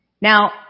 Now